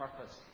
purpose